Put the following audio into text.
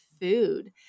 food